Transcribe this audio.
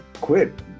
quit